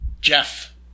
Jeff